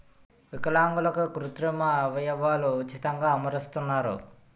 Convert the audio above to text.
విలాంగులకు కృత్రిమ అవయవాలు ఉచితంగా అమరుస్తున్నారు